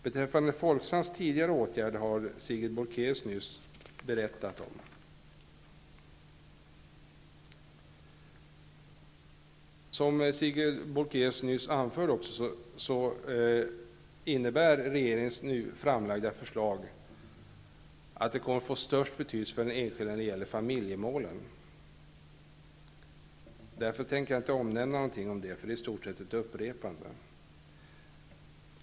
Sigrid Bolkéus har här berättat om Folksams tidigare åtgärd. Som hon nyss anförde kommer regeringens förslag att få störst betydelse för den enskilde när det gäller familjemålen. Därför tänker jag inte ta upp någonting om detta, eftersom det i stort sett bara blir fråga om ett upprepande.